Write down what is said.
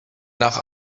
nach